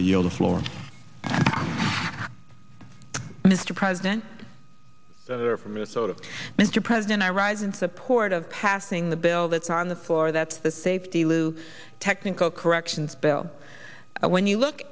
yield the floor mr president from minnesota mr president i rise in support of passing the bill that's on the floor that's the safety lou technical corrections bill when you look